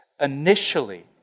initially